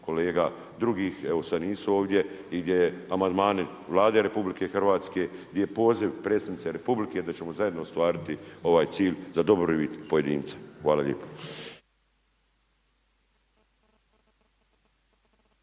kolega drugih, evo sad nisu ovdje i gdje amandmani Vlade RH, gdje je poziv Predsjednice Republike da ćemo zajedno ostvariti ovaj cilj za dobrobit pojedinca. Hvala lijepo.